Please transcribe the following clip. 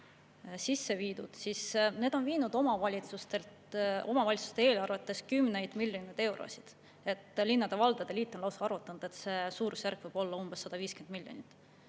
sisse viidud, siis need on viinud omavalitsuste eelarvetest kümneid miljoneid eurosid. Linnade-valdade liit on lausa arvutanud, et see suurusjärk võib olla umbes 150 miljonit.